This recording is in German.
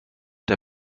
der